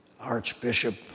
Archbishop